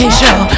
show